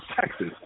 Texas